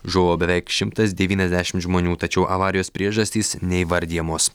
žuvo beveik šimtas devyniasdešimt žmonių tačiau avarijos priežastys neįvardijamos